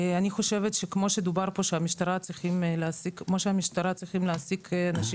אני חושבת שכמו שדובר פה שכמו שהמשטרה צריכים להעסיק אנשים